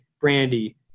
brandy